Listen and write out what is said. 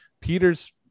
peter's